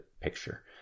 picture